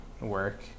work